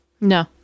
no